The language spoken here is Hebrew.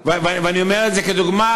ואני אומר את זה כדוגמה,